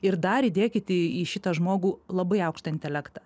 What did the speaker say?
ir dar įdėkit į šitą žmogų labai aukštą intelektą